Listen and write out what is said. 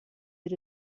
did